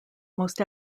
most